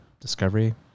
Discovery